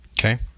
Okay